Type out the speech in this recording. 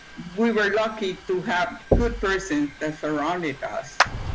we were lucky to have good persons that surrounded us.